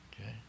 Okay